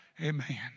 Amen